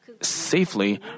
safely